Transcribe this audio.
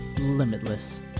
limitless